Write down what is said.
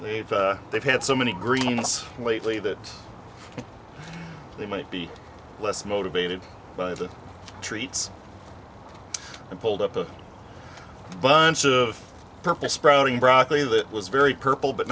leave they've had so many greens lately that they might be less motivated by the treats and pulled up a bunch of purpose sprouting broccoli that was very purple but